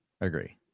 agree